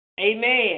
Amen